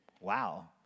Wow